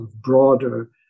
broader